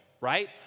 right